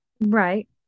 Right